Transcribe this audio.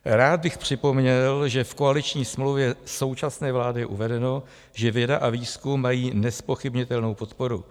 Rád bych připomněl, že v koaliční smlouvě současné vlády je uvedeno, že věda a výzkum mají nezpochybnitelnou podporu.